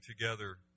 together